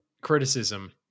criticism